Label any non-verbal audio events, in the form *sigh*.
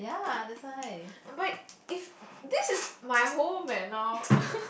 but if~ this is my home eh now *laughs*